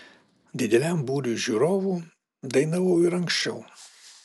dideliam būriui žiūrovų dainavau ir anksčiau